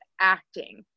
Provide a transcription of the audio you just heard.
acting